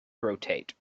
rotate